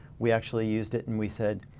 we actually used it and we said